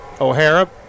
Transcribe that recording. O'Hara